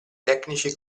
tecnici